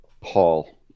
Paul